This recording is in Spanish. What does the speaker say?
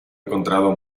encontrado